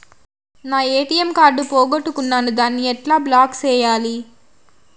నా ATM card పోగొట్టుకున్నాను, దాన్ని ఎట్లా బ్లాక్ సేయాలి?